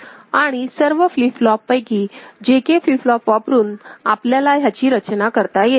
आणि सर्व flip flop पैकी J K फ्लिप फ्लॉप वापरून आपल्याला ह्याची रचना करता येते